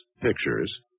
pictures